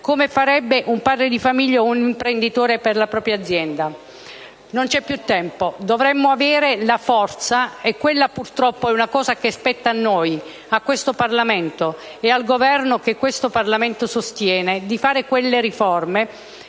come farebbe un padre di famiglia o un imprenditore per la propria azienda. Non c'è più tempo, dovremmo avere la forza, e quella purtroppo è una cosa che spetta a noi, a questo Parlamento e al Governo che questo Parlamento sostiene, di fare quelle riforme